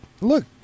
look